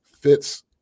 fits